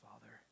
Father